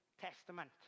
testament